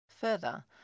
Further